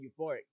euphoric